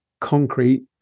concrete